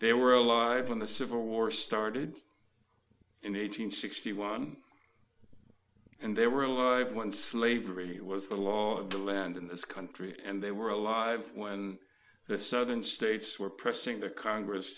they were alive when the civil war started in eight hundred sixty one and they were alive when slavery was the law of the land in this country and they were alive when the southern states were pressing their congress